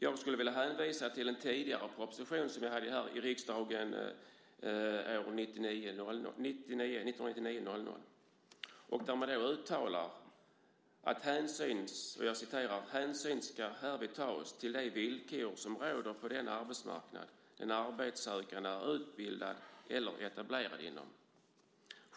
Jag skulle vilja hänvisa till en tidigare proposition som behandlades i riksdagen 1999/2000. Där uttalar man följande: "Hänsyn ska härvid tas till de villkor som råder på den arbetsmarknad den arbetssökande är utbildad eller etablerad inom.